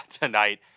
tonight